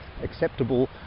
acceptable